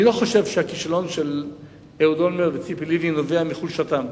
אני לא חושב שהכישלון של אהוד אולמרט וציפי לבני נובע מחולשתם.